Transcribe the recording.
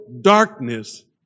darkness